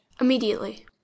Immediately